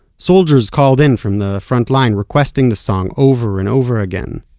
soldiers called in from the frontline requesting the song over and over again.